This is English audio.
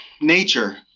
Nature